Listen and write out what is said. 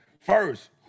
First